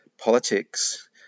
politics